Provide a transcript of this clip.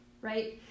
right